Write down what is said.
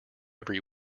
every